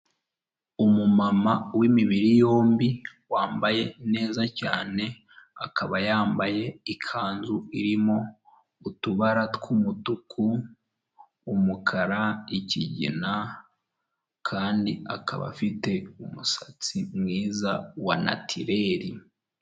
Umumama w'imibiri yombi wambaye neza cyane, akaba yambaye ikanzu irimo utubara tw'umutuku, umukara, ikigina, kandi akaba afite umusatsi mwiza wa natireri.